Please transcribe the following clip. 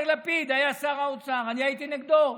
לפיד היה שר האוצר, אני הייתי נגדו,